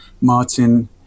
Martin